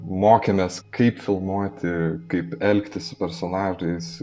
mokėmės kaip filmuoti kaip elgtis su personažais